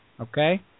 okay